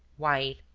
white,